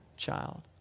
Child